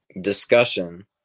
discussion